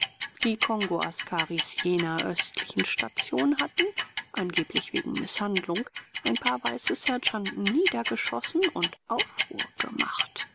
die kongoaskaris jener östlichen station hatten angeblich wegen mißhandlung ein paar weiße sergeanten niedergeschossen und aufruhr gemacht